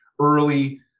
early